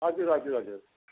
हजुर हजुर हजुर